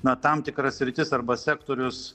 na tam tikra sritis arba sektorius